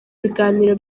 ibiganiro